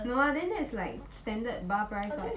no ah then that's like standard bar price ah